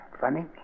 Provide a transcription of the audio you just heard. Funny